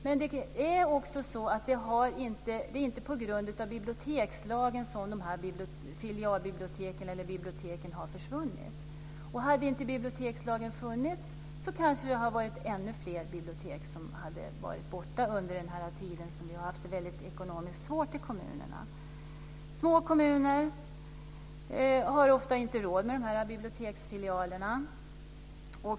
Men det är inte på grund av bibliotekslagen som filialbiblioteken eller biblioteken har försvunnit. Hade inte bibliotekslagen funnits kanske ännu fler bibliotek varit borta under den tid då vi haft det väldigt ekonomiskt svårt i kommunerna. Små kommuner har ofta inte råd med biblioteksfilialerna.